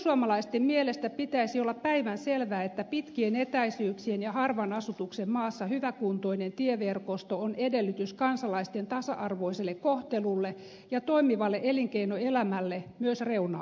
perussuomalaisten mielestä pitäisi olla päivänselvää että pitkien etäisyyksien ja harvan asutuksen maassa hyväkuntoinen tieverkosto on edellytys kansalaisten tasa arvoiselle kohtelulle ja toimivalle elinkeinoelämälle myös reuna alueilla